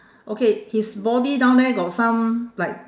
okay his body down there got some like